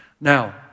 Now